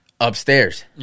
upstairs